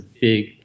big